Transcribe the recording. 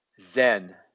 Zen